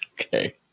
Okay